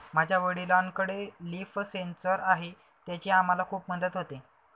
माझ्या वडिलांकडे leaf sensor आहे त्याची आम्हाला खूप मदत होते